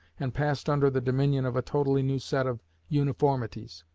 and passed under the dominion of a totally new set of uniformities.